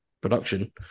production